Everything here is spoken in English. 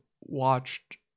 watched